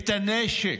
את הנשק,